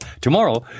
tomorrow